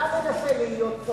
אתה מנסה להיות צבוע.